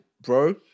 bro